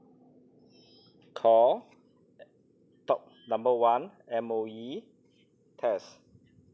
call talk number one M_O_E test